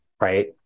right